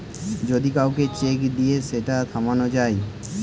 যদি কাউকে চেক দিয়ে সেটা থামানো যায়